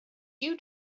you